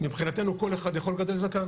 מבחינתנו כל אחד יכול לגדל זקן